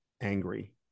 angry